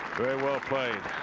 very well played.